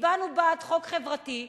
הצבענו בעד חוק חברתי,